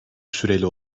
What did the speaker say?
süreli